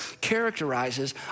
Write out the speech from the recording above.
characterizes